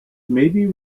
maybe